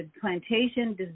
plantation